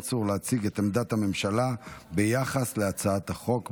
צור להציג את עמדת הממשלה ביחס להצעת החוק,